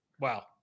Wow